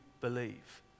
believe